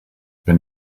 wenn